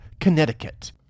Connecticut